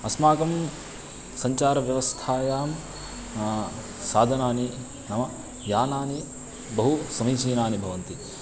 अस्माकं सञ्चारव्यवस्थायां साधनानि नाम यानानि बहु समीचीनानि भवन्ति